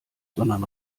sondern